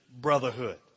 brotherhood